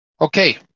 Okay